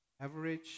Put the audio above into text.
Average